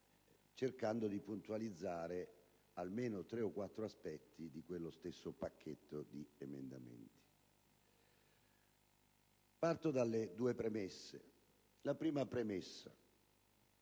cercando di puntualizzare almeno tre o quattro aspetti di quello stesso pacchetto di emendamenti. Parto dalle due premesse. La prima riguarda